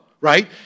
right